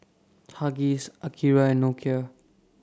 Huggies Akira and Nokia